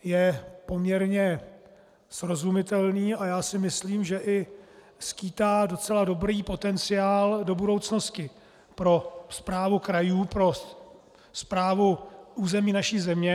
Je poměrně srozumitelný a myslím si, že i skýtá docela dobrý potenciál do budoucnosti pro správu krajů, pro správu území naší země.